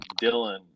Dylan